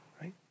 right